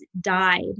died